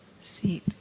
seat